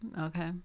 Okay